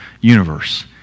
universe